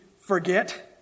forget